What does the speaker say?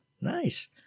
Nice